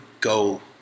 go –